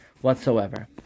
whatsoever